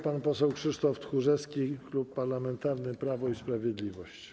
Pan poseł Krzysztof Tchórzewski, Klub Parlamentarny Prawo i Sprawiedliwość.